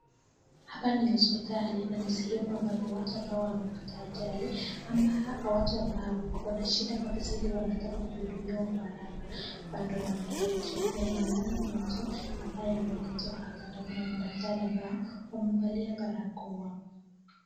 Hapa ni hosipitali na ni sehemu ambapo watu ambao wamepata ajali ama watu ambao wako na shida kabisa ile wanataka kuhudumiwa kwa haraka, hapa ndo wanaletwa. Na inaonekana kuna mtu ambaye ameletwa hapa na kuna madaktari ambao wamevalia barakoa.